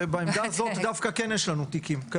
ובעמדה הזאת דווקא כן יש לנו תיקים.